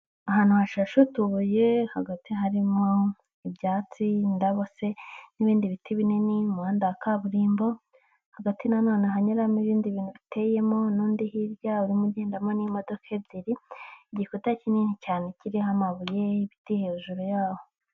Ahantu hashashe utubuye, hagati harimo ibyatsi, indabo se, n'ibindi biti binini, umuhanda wa kaburimbo, hagati nanone hanyuramo ibindi bintu biteyemo, n'undi hirya urimo ugendamo n'imodoka ebyiri, igikuta kinini cyane kiriho amabuye n'ibiti hejuru yaho.